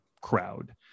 crowd